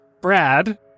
Brad